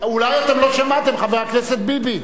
אולי אתם לא שמעתם, חבר הכנסת ביבי.